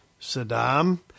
Saddam